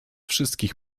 wszystkich